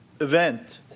event